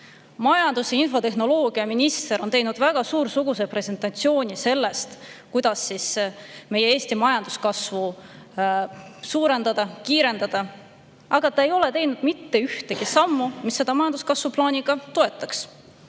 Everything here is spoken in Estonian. Majandus- ja infotehnoloogiaminister on teinud väga suursuguse presentatsiooni sellest, kuidas Eesti majanduskasvu suurendada, kiirendada, aga ta ei ole teinud mitte ühtegi sammu, mis seda majanduskasvu plaani ka toetaks.